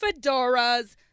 fedoras